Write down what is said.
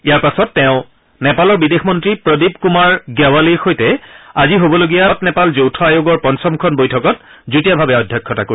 ইয়াৰ পাছত তেওঁ নেপালৰ বিদেশ মন্ত্ৰী প্ৰদীপ কুমাৰ গ্যাৱালিৰ সৈতে আজি হবলগীয়া ভাৰত নেপাল যৌথ আয়োগৰ পঞ্চমখন বৈঠকত যুটীয়াভাৱে অধ্যক্ষতা কৰিব